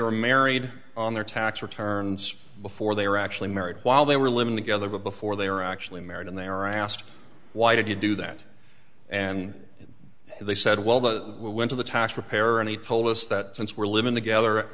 were married on their tax returns before they were actually married while they were living together before they were actually married and they were asked why did you do that and they said well the we went to the tax preparer and he told us that since we're live in the gather